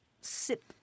sip